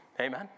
Amen